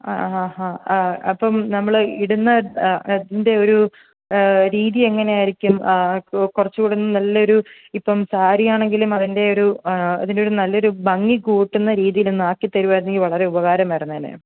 ആ ഹാ ഹാ ആ അപ്പം നമ്മൾ ഇടുന്ന അതിൻ്റെ ഒരു രീതി എങ്ങനെയായിരിക്കും കുറച്ചുകൂടെ നല്ലൊരു ഇപ്പം സാരിയാണെങ്കിലും അതിൻ്റെ ഒരു അതിൻ്റെയൊരു നല്ലൊരു ഭംഗി കൂട്ടുന്ന രീതിയിൽ ഒന്ന് ആക്കി തരുകയായിരുന്നെങ്കിൽ വളരെ ഉപകാരമായിരുന്നേനെ